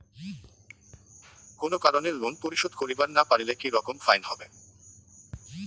কোনো কারণে লোন পরিশোধ করিবার না পারিলে কি রকম ফাইন হবে?